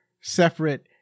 separate